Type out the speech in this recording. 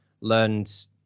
learned